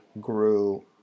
grew